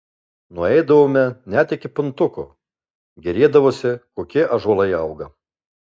nueidavome net iki puntuko gėrėdavosi kokie ąžuolai auga